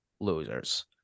losers